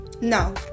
no